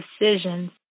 decisions